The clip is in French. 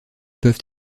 peuvent